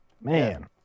Man